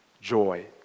joy